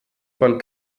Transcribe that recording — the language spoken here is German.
von